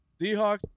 Seahawks